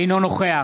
אינו נוכח